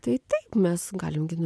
tai taip mes galim gi